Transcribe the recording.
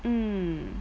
mm